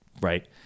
Right